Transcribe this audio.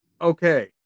okay